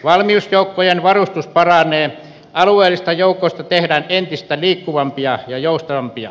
valmiusjoukkojen varustus paranee ja alueellisista joukoista tehdään entistä liikkuvampia ja joustavampia